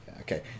Okay